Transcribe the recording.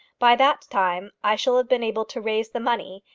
by that time i shall have been able to raise the money,